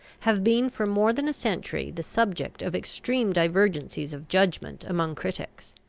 have been for more than a century the subject of extreme divergencies of judgment among critics.